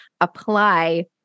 apply